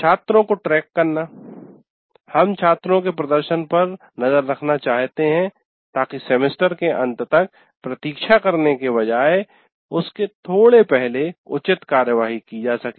छात्रों को ट्रैक करना हम छात्रों के प्रदर्शन पर नज़र रखना चाहते हैं ताकि सेमेस्टर के अंत तक प्रतीक्षा करने के बजाय उसके थोड़े पहले उचित कार्रवाई की जा सके